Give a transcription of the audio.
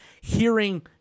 hearing